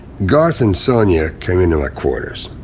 garth and sonya came into my quarters.